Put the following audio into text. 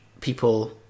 people